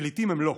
פליטים הם לא.